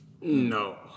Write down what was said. no